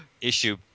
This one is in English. Issue